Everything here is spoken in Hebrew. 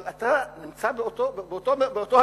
אבל אתה נמצא באותו המרחב.